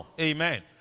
Amen